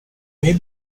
may